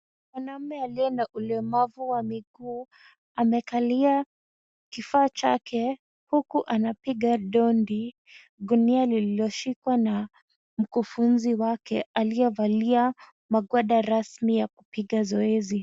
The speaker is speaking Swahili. Mwanaume aliye na ulemavu wa miguu, amekalia kifaa chake huku anapiga ndondi gunia lililoshikwa na mkufunzi wake aliyevalia magwanda rasmi ya kupiga zoezi.